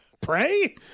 pray